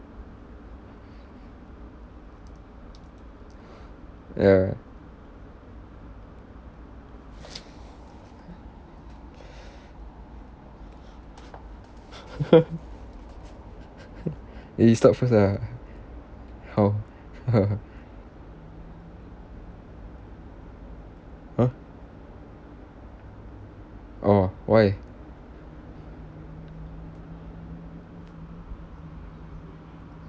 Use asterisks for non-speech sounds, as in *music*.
ya *breath* *laughs* you start first ah how *laughs* !huh! orh why